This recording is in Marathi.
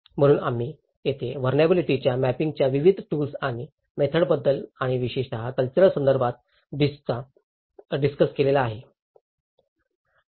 म्हणून आम्ही येथे वनराबिलिटीच्या मॅपिंगच्या विविध टूल्स आणि मेथडबद्दल आणि विशेषतः कल्चरल संदर्भात डिस्कस केली